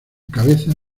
cabeza